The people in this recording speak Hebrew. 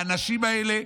האנשים האלה,